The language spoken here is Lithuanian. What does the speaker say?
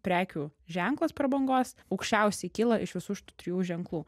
prekių ženklas prabangos aukščiausiai kyla iš visų šių trijų ženklų